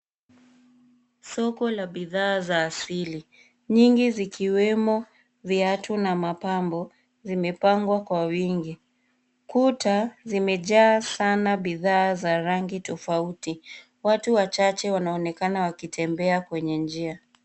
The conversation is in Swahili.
Soko la bidhaa za asili, nyingi zikiwemo viatu na mapambo. Vimepangwa kwa wingi. Kuta zimejaa sana bidhaa za rangi tofauti. Watu wachache wanaonekana wakitembea kwenye njia.